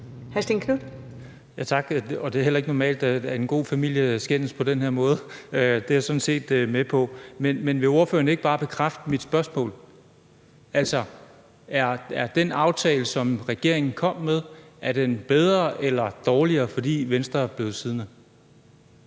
Stén Knuth (V): Tak, og det er heller ikke normalt, at en god familie skændes på den her måde; det er jeg sådan set med på. Men vil ordføreren ikke bare bekræfte mit spørgsmål? Altså, er den aftale, som regeringen kom med, bedre eller dårligere, fordi Venstre blev siddende?